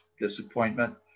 disappointment